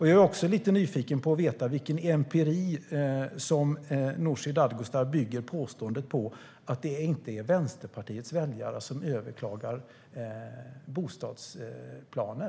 Jag är också lite nyfiken på vilken empiri Nooshi Dadgostar bygger påståendet på att det inte är Vänsterpartiets väljare som överklagar bostadsplaner.